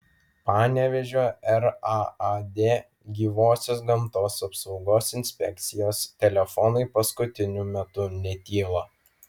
panevėžio raad gyvosios gamtos apsaugos inspekcijos telefonai paskutiniu metu netyla